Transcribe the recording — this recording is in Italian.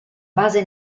base